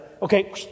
Okay